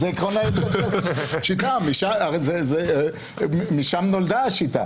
זה עקרון היסוד של השיטה, משם נולדה השיטה.